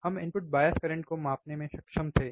हम input bias current को मापने में सक्षम थे